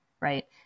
right